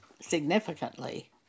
significantly